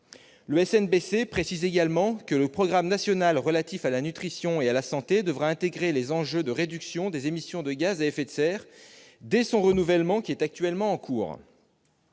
La SNBC indique également que le programme national relatif à la nutrition et à la santé devra intégrer les enjeux de réduction des émissions de gaz à effet de serre dès sa révision, qui est en cours.